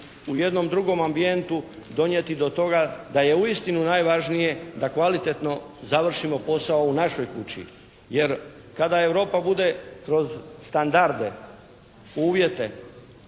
u jednom drugom ambijentu donijeti do toga da je uistinu najvažnije da kvalitetno završimo posao u našoj kući. Jer kada Europa bude kroz standarde, uvjete